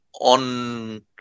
on